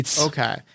Okay